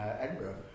Edinburgh